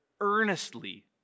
earnestly